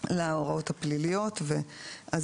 להוראות הפליליות, ת.ס.